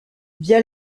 via